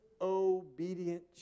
obedient